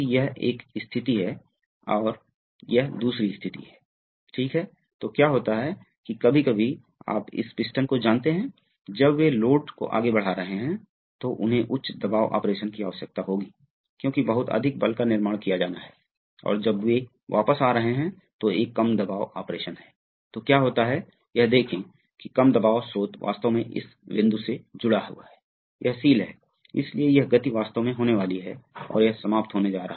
यह एक ब्लॉक आरेख की तरह है इसी तरह प्रवाह जो आप कर रहे हैं यह मान लेना ठीक था कि केक्यू के नाम मात्र मूल्य जिसे आप जानते हैं के कारण आप समझ रहे है कभी कभी यह प्रवाह थोड़ा बदल सकता है अगर आपूर्ति दबाव का पंप बदल जाता है इसलिए मॉडल के लिए उन्होंने एक दबाव अशांति ब्लॉक रखा है यदि आप चाहते हैं ये आप जानते हैं कि मुझे खेद है